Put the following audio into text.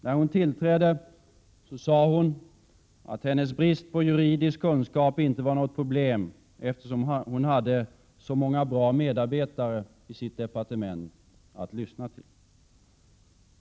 När hon tillträdde sade hon att hennes brist på juridisk kunskap inte var något problem, eftersom hon hade så många bra medarbetare i sitt departement att lyssna till.